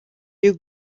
you